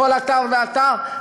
בכל אתר ואתר,